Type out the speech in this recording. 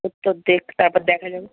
উত্তর দিক তারপর দেখা যাবে